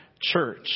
church